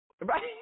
Right